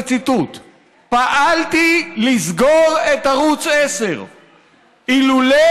זה ציטוט: פעלתי לסגור את ערוץ 10. אילולא